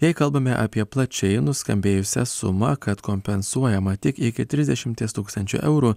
jei kalbame apie plačiai nuskambėjusią sumą kad kompensuojama tik iki trisdešimties tūkstančių eurų